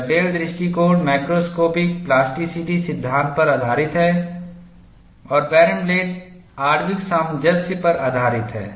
Dugdale दृष्टिकोण macroscopic plasticity सिद्धांत पर आधारित है और बैर्नब्लैट आणविक सामंजस्य पर आधारित है